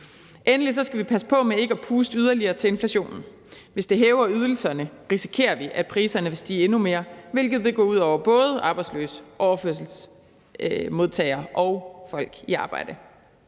Endelig skal vi passe på med ikke at puste yderligere til inflationen. Hvis ydelserne hæves, risikerer vi, at priserne vil stige endnu mere, hvilket vil gå ud over både arbejdsløse, overførselsmodtagere og folk i arbejde.